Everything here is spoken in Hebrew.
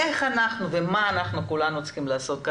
איך אנחנו ומה אנחנו כולנו צריכים לעשות,